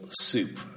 soup